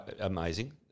Amazing